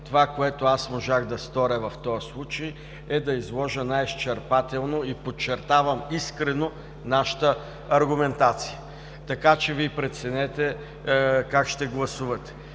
Това, което аз можах да сторя в този случай, е да изложа най-изчерпателно и подчертавам – искрено, нашата аргументация, така че Вие преценете как ще гласувате.